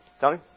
Tony